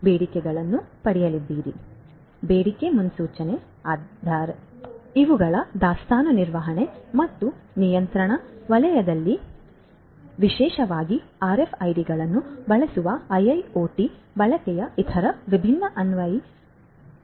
ಆದ್ದರಿಂದ ಬೇಡಿಕೆ ಮುನ್ಸೂಚನೆ ಆದ್ದರಿಂದ ಇವುಗಳು ದಾಸ್ತಾನು ನಿರ್ವಹಣೆ ಮತ್ತು ನಿಯಂತ್ರಣ ವಲಯದಲ್ಲಿ ಮತ್ತು ವಿಶೇಷವಾಗಿ ಆರ್ಎಫ್ಐಡಿಗಳನ್ನು ಬಳಸುವ ಐಐಒಟಿ ಬಳಕೆಯ ಇತರ ವಿಭಿನ್ನ ಅನ್ವಯಿಕೆಗಳಾಗಿವೆ